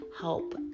help